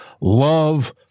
love